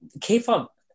K-pop